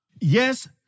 Yes